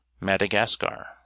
madagascar